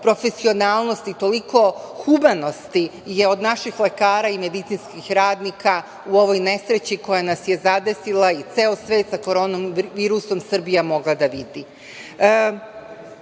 profesionalnosti, toliko humanosti je od naših lekara i medicinskih radnika u ovoj nesreći koja nas je zadesila, i ceo svet sa Koronavirusom, Srbija mogla da vidi.